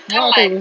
now what time